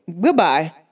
goodbye